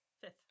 Fifth